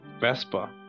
VESPA